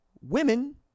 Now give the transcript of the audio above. women